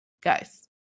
guys